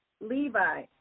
Levi